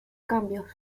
cambios